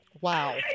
Wow